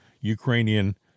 Ukrainian